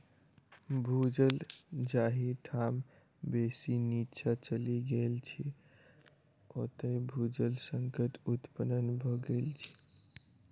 भू जल जाहि ठाम बेसी नीचाँ चलि गेल छै, ओतय भू जल संकट उत्पन्न भ गेल छै